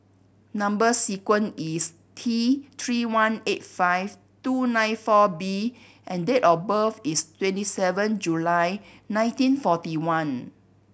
number sequence is T Three one eight five two nine four B and date of birth is twenty seven July nineteen forty one